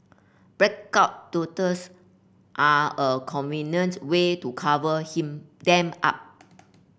blackout tattoos are a convenient way to cover him them up